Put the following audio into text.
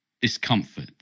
discomfort